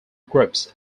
groups